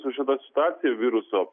su šita situacija viruso